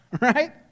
right